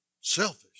Selfish